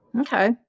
Okay